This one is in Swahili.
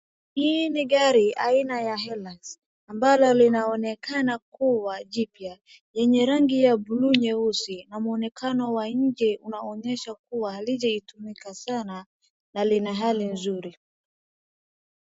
Hii ni gari aina ya Hilux ambalo linaonekana kuwa jipya yenye rangi ya bluu nyeusi na mwonekano wa nje unaonyesha kuwa halijaitumika sana na lina hali nzuri.